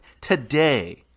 today